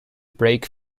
break